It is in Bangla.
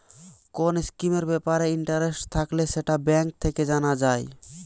কোন স্কিমের ব্যাপারে ইন্টারেস্ট থাকলে সেটা ব্যাঙ্ক থেকে জানা যায়